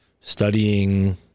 studying